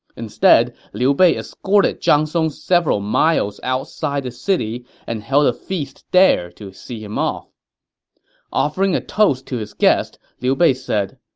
liu bei escorted zhang song several miles outside the city and held a feast there to see him off offering a toast to his guest, liu bei said,